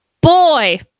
Boy